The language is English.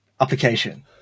application